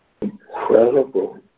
incredible